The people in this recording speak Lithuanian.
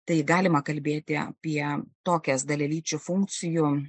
tai galima kalbėti apie tokias dalelyčių funkcijų